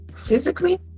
physically